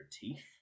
teeth